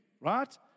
right